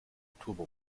turbo